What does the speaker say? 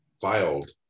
filed